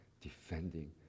defending